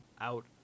out